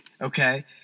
okay